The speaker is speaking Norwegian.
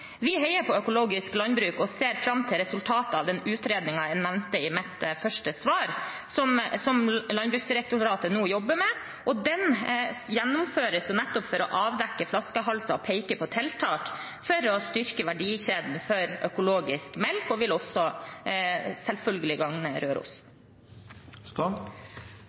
Vi heier på økologisk landbruk og ser fram til resultatet av den utredningen jeg nevnte i mitt første svar, som Landbruksdirektoratet nå jobber med, og den gjennomføres nettopp for å avdekke flaskehalser og peke på tiltak for å styrke verdikjeden for økologisk melk. Det vil også selvfølgelig gagne